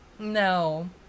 No